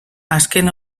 azken